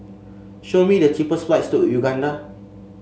show me the cheapest flights to Uganda